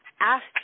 ask